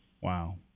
Wow